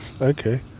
Okay